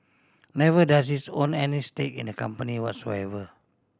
never does it's own any stake in the company whatsoever